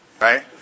Right